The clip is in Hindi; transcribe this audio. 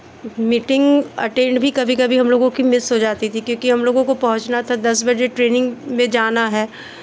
मीटिंग अटेंड भी कभी कभी हम लोगों की मिस हो जाती थी क्योंकि हम लोगों को पहुंचना था दस बजे ट्रेनिंग में जाना है